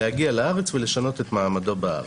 להגיע לארץ ולשנות את מעמדו בארץ.